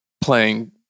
playing